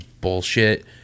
bullshit